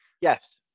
Yes